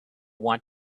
want